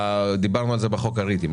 דיברנו על זה בחוק ה-ריטים.